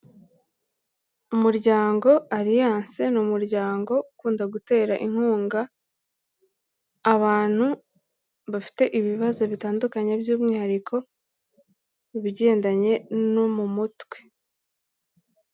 Umuryango alliance, ni umuryango ukunda gutera inkunga abantu bafite ibibazo bitandukanye by'umwihariko ibigendanye no mu mutwe.